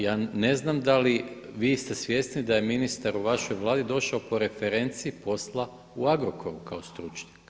Ja ne znam da li vi ste svjesni da je ministar u vašoj Vladi došao po referenci posla u Agrokoru kao stručnjak.